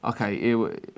Okay